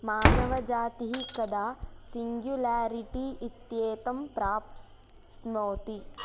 मानवजातिः कदा सिङ्ग्युल्यारिटी इत्येतं प्राप्नोति